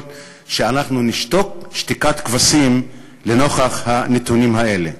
שנשתוק שתיקת כבשים לנוכח הנתונים האלה?